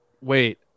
Wait